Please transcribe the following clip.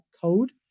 code